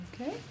Okay